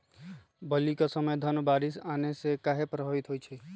बली क समय धन बारिस आने से कहे पभवित होई छई?